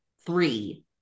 Three